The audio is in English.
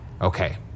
Okay